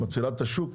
מצילה את השוק,